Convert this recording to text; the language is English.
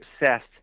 obsessed